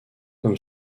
comme